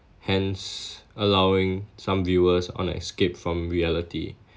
hence allowing some viewers on an escape from reality